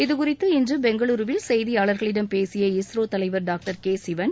இதுகுறித்து இன்று பெங்களுருவில் செய்தியாளர்களிடம் பேசிய இஸ்ரோ தலைவர் டாக்டர் கே சிவன்